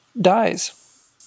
dies